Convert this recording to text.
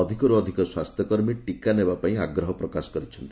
ଅଧିକରୁ ଅଧିକ ସ୍ୱାସ୍ତ୍ୟକର୍ମୀ ଟିକା ନେବାପାଇଁ ଆଗ୍ରହ ପ୍ରକାଶ କରିଛନ୍ତି